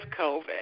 COVID